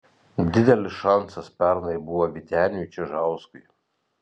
didelis šansas pernai buvo vyteniui čižauskui